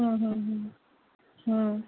হুম হুম হুম হুম